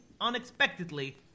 unexpectedly